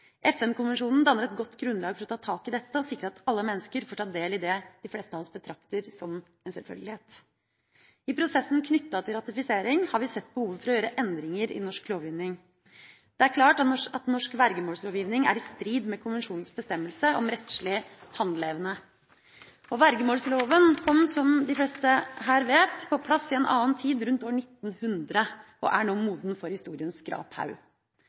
FN-konvensjonen danner et godt grunnlag for å ta tak i dette og sikre at alle mennesker får ta del i det de fleste av oss betrakter som en selvfølgelighet. I prosessen knyttet til ratifisering har vi sett behovet for å gjøre endringer i norsk lovgivning. Det er klart at norsk vergemålslovgivning er i strid med konvensjonens bestemmelse om rettslig handleevne. Vergemålsloven kom, som de fleste her vet, på plass i en annen tid, rundt år 1900, og er nå moden for historiens